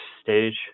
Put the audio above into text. stage